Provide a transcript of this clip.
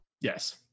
Yes